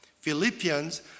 Philippians